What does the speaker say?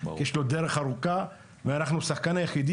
כי יש לו דרך ארוכה ואנחנו השחקן היחידי